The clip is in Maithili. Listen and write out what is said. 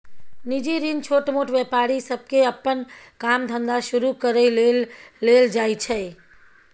निजी ऋण छोटमोट व्यापारी सबके अप्पन काम धंधा शुरू करइ लेल लेल जाइ छै